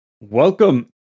welcome